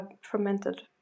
fermented